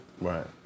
Right